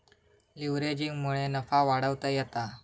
लीव्हरेजिंगमुळे नफा वाढवता येता